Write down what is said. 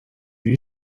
you